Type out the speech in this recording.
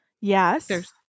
Yes